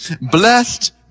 Blessed